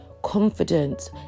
confidence